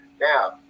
Now